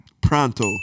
Pronto